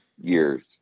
years